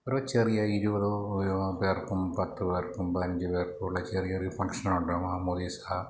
ഒരു ചെറിയ ഇരുപതോ ഒരു പേർക്കും പത്ത് പേർക്കും പതിനഞ്ച് പേർക്കുള്ള ചെറിയൊരു ഫംഗ്ഷനോഡറാണ് മാമോദിസ